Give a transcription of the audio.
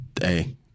hey